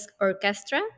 orchestra